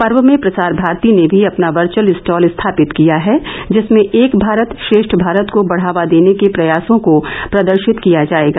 पर्व में प्रसार भारती ने भी अपना वर्घअल स्टॉल स्थापित किया है जिसमें एक भारत श्रेष्ठ भारत को बढ़ावा देने के प्रयासों को प्रदर्शित किया जायेगा